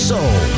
Soul